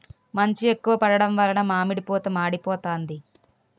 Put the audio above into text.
మంచు ఎక్కువ పడడం వలన మామిడి పూత మాడిపోతాంది